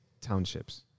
townships